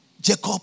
Jacob